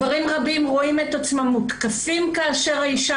גברים רבים רואים את עצמם מותקפים כאשר האישה